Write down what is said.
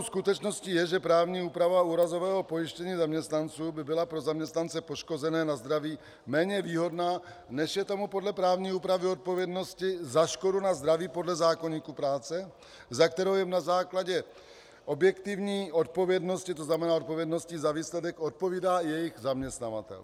Nepopiratelnou skutečností je, že právní úprava úrazového pojištění zaměstnanců by byla pro zaměstnance poškozené na zdraví méně výhodná, než je tomu podle právní úpravy odpovědnosti za škodu na zdraví podle zákoníku práce, za kterou jim na základě objektivní odpovědnosti, to znamená odpovědnosti za výsledek, odpovídá jejich zaměstnavatel.